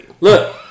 Look